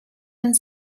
and